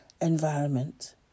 environment